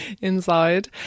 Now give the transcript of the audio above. inside